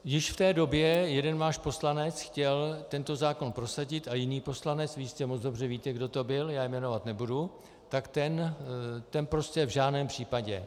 Již v té době jeden váš poslanec chtěl tento zákon prosadit a jiný poslanec, vy jistě moc dobře víte, kdo to byl, já jmenovat nebudu, tak ten v žádném případě.